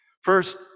First